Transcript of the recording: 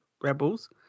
Rebels